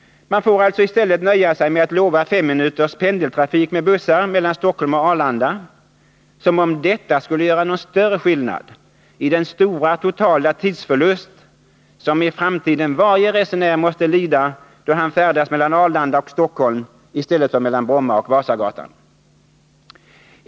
Nu får man alltså i stället nöja sig med att lova femminuters pendeltrafik med bussar mellan Stockholm och Arlanda, som om detta skulle göra någon större skillnad i den stora totala tidsförlust som i framtiden varje resenär måste lida, då han färdas mellan Arlanda och Stockholm i stället för mellan Bromma och Vasagatan.